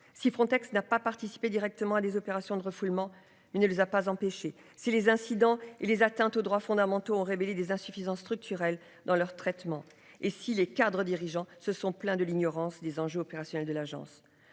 si Frontex n'a pas participé directement à des opérations de refoulement. Il ne les a pas empêchés. Si les incidents et les atteintes aux droits fondamentaux ont révélé des insuffisances structurelles dans leur traitement et si les cadres dirigeants se sont plaints de l'ignorance des enjeux opérationnels de l'agence.